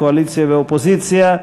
קואליציה ואופוזיציה,